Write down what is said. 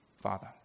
Father